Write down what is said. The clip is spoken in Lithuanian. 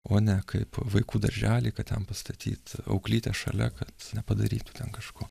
o ne kaip vaikų darželį kad ten pastatyt auklytę šalia kad nepadarytų ten kažko